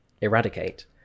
eradicate